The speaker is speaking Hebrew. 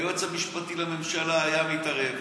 היועץ המשפטי לממשלה היה מתערב,